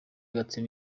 gatsibo